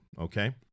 Okay